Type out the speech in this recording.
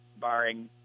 barring